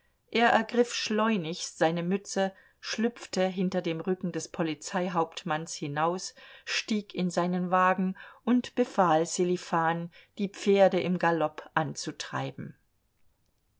er ergriff schleunigst seine mütze schlüpfte hinter dem rücken des polizeihauptmanns hinaus stieg in seinen wagen und befahl sselifan die pferde im galopp anzutreiben